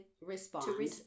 respond